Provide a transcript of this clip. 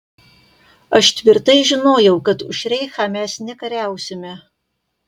aš tvirtai žinojau kad už reichą mes nekariausime